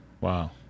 Wow